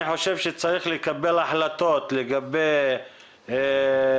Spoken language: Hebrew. אני חושב שצריך לקבל החלטות לגבי הסברה,